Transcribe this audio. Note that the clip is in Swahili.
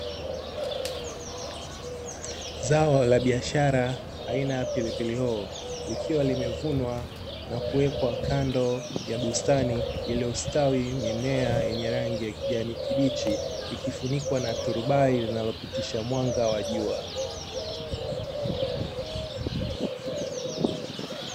Zao la biashara aina ya pilipili hoho, likiwa limevunwa na kuwekwa kando ya bustani iliyostawi mimea yenye rangi ya kijani kibichi, ikifunikwa na turubai linalopitisha mwanga wa jua.